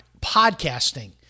podcasting